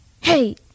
Hey